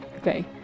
okay